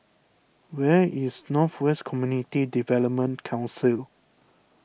where is North West Community Development Council